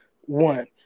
one